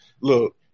look